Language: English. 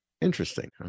Interesting